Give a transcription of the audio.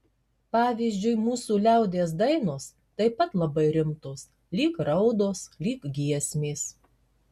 pavyzdžiui mūsų liaudies dainos taip pat labai rimtos lyg raudos lyg giesmės